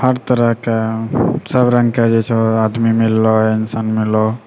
हर तरहके सभ रङ्गके जे छौ आदमी मिललौ इन्सान मिललौ